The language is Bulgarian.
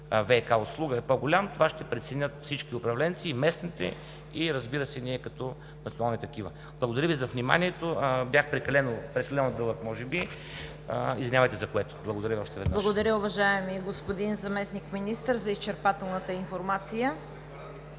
ВиК услуга е по-голям, това ще преценят всички управленци – и местните, разбира се, и ние като национални такива. Благодаря Ви за вниманието. Бях прекалено дълъг може би, извинявайте за което. Благодаря още веднъж. ПРЕДСЕДАТЕЛ ЦВЕТА КАРАЯНЧЕВА: Благодаря, уважаеми господин Заместник-министър, за изчерпателната информация.